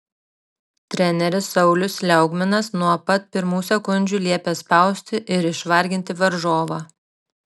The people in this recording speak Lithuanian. treneris saulius liaugminas nuo pat pirmų sekundžių liepė spausti ir išvarginti varžovą